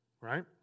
right